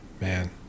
Man